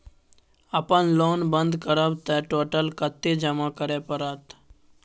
अपन लोन बंद करब त टोटल कत्ते जमा करे परत?